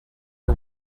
are